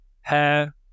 hair